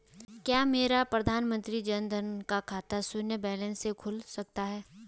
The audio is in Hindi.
क्या मेरा प्रधानमंत्री जन धन का खाता शून्य बैलेंस से खुल सकता है?